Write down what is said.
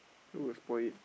who will spoil it